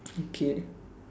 okay